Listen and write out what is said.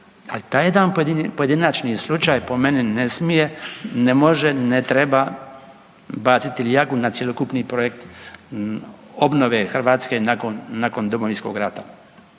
ali taj jedan pojedinačni slučaj po meni ne smije, ne može, ne treba baciti ljagu na cjelokupni projekt obnove Hrvatske nakon Domovinskog rata.